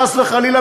חס וחלילה,